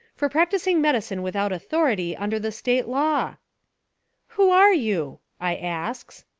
for practising medicine with out authority under the state law who are you i asks.